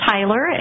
Tyler